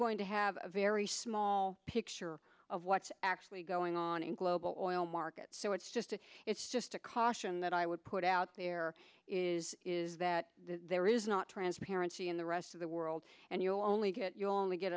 going to have a very small picture of what's actually going on in global oil market so it's just a it's just a caution that i would put out there is is that there is not transparency in the rest of the world and you only get you only get